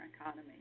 economy